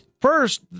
first